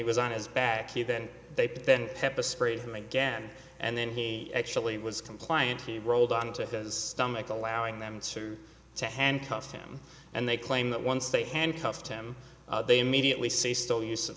he was on his back he then they put then pepper sprayed him again and then he actually was compliant he rolled onto his stomach allowing them to to handcuff him and they claim that once they handcuffed him they immediately say still use of